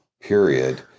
period